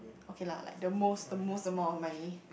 okay lah like the most the most amount of money